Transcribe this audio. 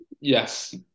Yes